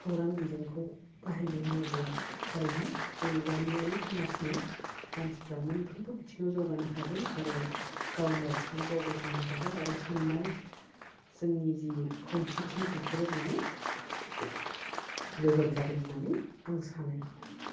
खौरां बिजोंखौ बाहायनो रोङोब्ला थारैनो जोंनि गामियारि समाजनि मानसिफ्रा मोनफ्रोमबो बिथिङाव जौगानो हागोन आरो गावनि आथिङाव गाव गसंनो हागोन आरो साननाय जोंनि जि खौसेथि बिफोरो माने गोगोम जागोन होन्नानै आं सानो